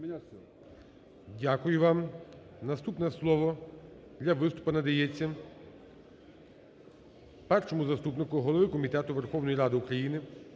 Дякую вам. Наступне слово для виступу надається першому заступнику голови Комітету Верховної Ради України